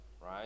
right